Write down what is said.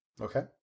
Okay